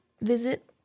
Visit